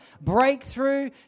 breakthrough